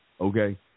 okay